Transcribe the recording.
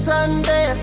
Sunday